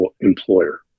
employer